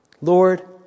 Lord